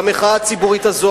והמחאה הציבורית הזאת,